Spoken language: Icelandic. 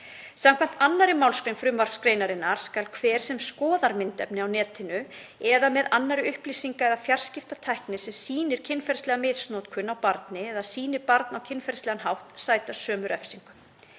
Samkvæmt 2. mgr. frumvarpsgreinarinnar skal hver sem skoðar myndefni á netinu eða með annarri upplýsinga- eða fjarskiptatækni sem sýnir kynferðislega misnotkun á barni eða sýnir barn á kynferðislegan hátt, sæta sömu refsingu.